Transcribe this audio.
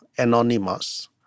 Anonymous